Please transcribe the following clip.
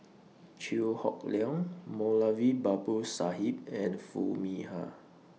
Chew Hock Leong Moulavi Babu Sahib and Foo Mee Har